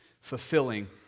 fulfilling